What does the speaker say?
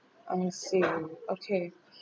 I see okay